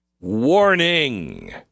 Warning